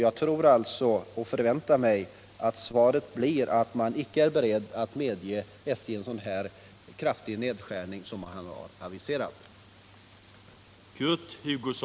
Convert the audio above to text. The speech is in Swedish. Jag förväntar mig alltså att svaret blir att man icke är beredd att medge SJ en så kraftig nedskärning som har aviserats.